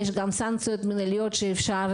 יש גם סנקציות מינהליות שאפשר